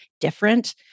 different